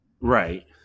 right